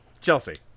Chelsea